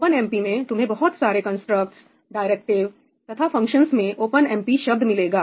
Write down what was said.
OpenMP में तुम्हें बहुत सारे कंस्ट्रक्ट्स डायरेक्टिव तथा फंक्शंसमें ओपन एमपी शब्द मिलेगा